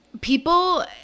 people